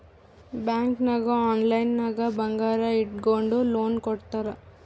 bank ನಾಗ್ online ನಾಗೆ ಬಂಗಾರ್ ಇಟ್ಗೊಂಡು ಲೋನ್ ಕೊಡ್ತಾರ್